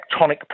tectonic